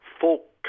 folk